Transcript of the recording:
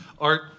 Art